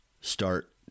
start